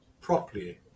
properly